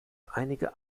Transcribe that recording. einige